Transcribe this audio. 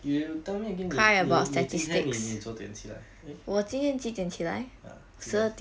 you tell me again 你你你今天你你几点起来 hmm 啊几点